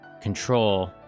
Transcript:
control